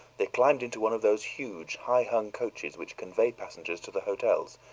they climbed into one of those huge high-hung coaches which convey passengers to the hotels,